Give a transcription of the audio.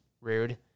Rude